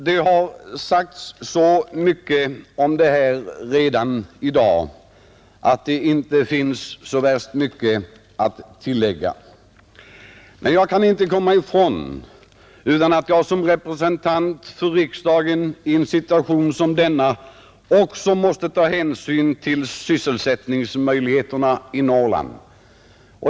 Det har sagts så mycket om det här redan i dag att jag knappast har mer att tillägga. Men jag kan inte komma ifrån att jag som representant i riksdagen i en situation som denna också måste ta hänsyn till sysselsättningsmöjligheterna i Norrland.